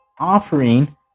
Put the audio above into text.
offering